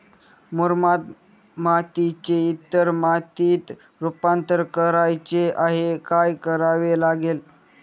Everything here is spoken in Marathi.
मुरमाड मातीचे इतर मातीत रुपांतर करायचे आहे, काय करावे लागेल?